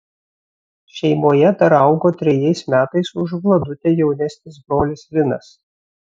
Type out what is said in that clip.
šeimoje dar augo trejais metais už vladutę jaunesnis brolis linas